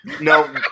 no